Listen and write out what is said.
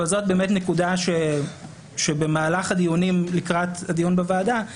אבל זאת באמת סוגיה שבמהלך הדיונים לקראת הדיון בוועדה עלתה,